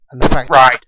Right